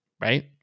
right